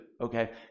okay